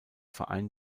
verein